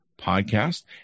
podcast